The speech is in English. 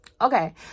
Okay